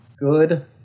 Good